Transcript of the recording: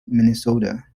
minnesota